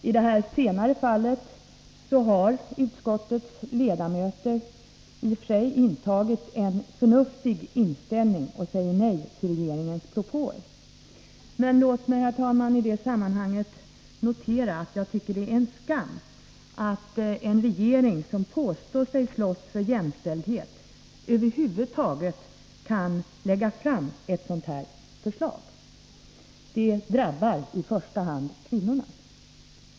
I det senare fallet har utskottets ledamöter i och för sig intagit en förnuftig ståndpunkt genom att säga nej till regeringens propåer, men låt mig notera att jag tycker det är en skam att en regering som påstår sig slåss för jämställdhet kan lägga fram ett sådant här förslag över huvud taget. Det drabbar i första hand kvinnorna.